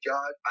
God